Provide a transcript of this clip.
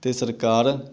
ਅਤੇ ਸਰਕਾਰ